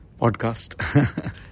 podcast